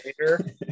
later